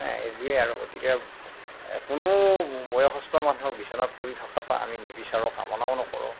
হেঁ এইটোৱে আৰু গতিকে কোনো বয়সস্থ মানুহক বিছনাত পৰি থকাতো আমি নিবিচাৰোঁ কামনাও নকৰোঁ